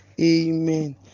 amen